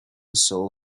soul